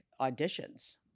auditions